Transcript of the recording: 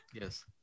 Yes